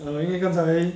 err 因为刚才